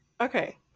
okay